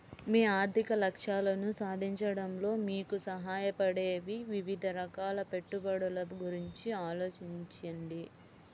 మీ ఆర్థిక లక్ష్యాలను సాధించడంలో మీకు సహాయపడే వివిధ రకాల పెట్టుబడుల గురించి ఆలోచించండి